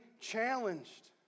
challenged